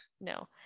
No